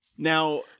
Now